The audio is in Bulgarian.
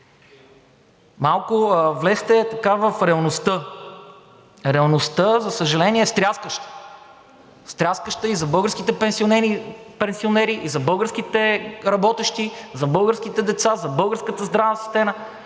Малко влезте в реалността. Реалността, за съжаление, е стряскаща. Стряскаща е и за българките пенсионери, и за българските работещи, за българските деца, за българската здравна система.